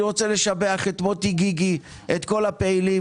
אני רוצה לשבח את מוטי גיגי, את כל הפעילים.